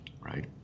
right